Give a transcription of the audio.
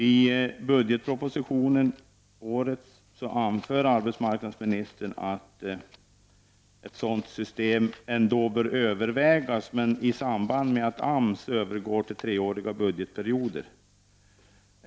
I årets budgetproposition anför arbetsmarknadsministern att ett system med flexibla lönebidrag ändå bör övervägas i samband med att AMS övergår till treåriga budgetperioder.